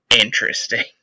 interesting